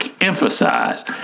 emphasize